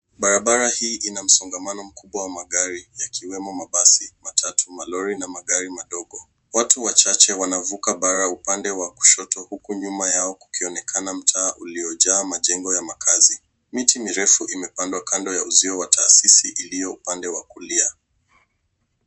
Barabara hii ina msongamano mkubwa wa magari yakiwemo mabasi, matatu, malori na magari madogo. Watu wachache wanavuka bara upande wa kushoto huku nyuma yao kukionekana mtaa uliojaa majengo ya makazi. Miti mirefu imepandwa kando ya uzio wa taasisi ilio upande wa kulia.